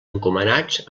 encomanats